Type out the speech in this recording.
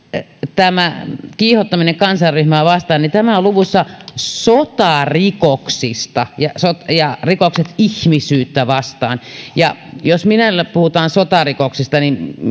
tämä kiihottaminen kansanryhmää vastaan on luvussa sotarikoksista ja rikoksista ihmisyyttä vastaan jos minulle puhutaan sotarikoksista